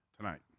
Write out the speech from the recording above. tonight